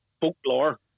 folklore